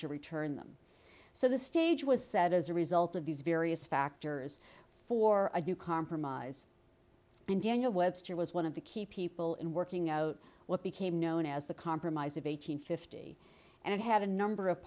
to return them so the stage was set as a result of these various factors for a new compromise and daniel webster was one of the key people in working out what became known as the compromise of eight hundred fifty and it had a number of